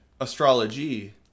Astrology